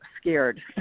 scared